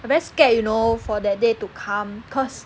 I very scared you know for that day to come cause